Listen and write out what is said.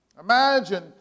Imagine